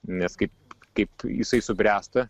nes kaip kaip jisai subręsta